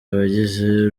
abagize